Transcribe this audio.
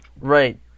Right